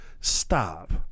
stop